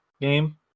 game